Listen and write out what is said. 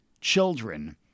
children